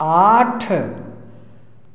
आठ